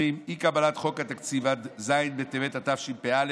2020, אי-קבלת חוק התקציב עד ט"ז בטבת התשפ"א,